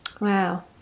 Wow